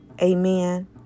Amen